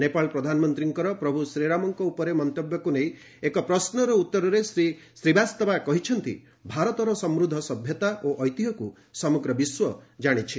ନେପାଳ ପ୍ରଧାନମନ୍ତ୍ରୀଙ୍କର ପ୍ରଭୁ ଶ୍ରୀରାମଙ୍କ ଉପରେ ମନ୍ତବ୍ୟକୁ ନେଇ ଏକ ପ୍ରଶ୍ନର ଉତ୍ତରରେ ଶ୍ରୀ ଶ୍ରୀବାସ୍ତବା କହିଛନ୍ତି ଭାରତର ସମୃଦ୍ଧ ସଭ୍ୟତା ଓ ଐତିହ୍ୟକୁ ସମଗ୍ର ବିଶ୍ୱ ଜାଣିଛି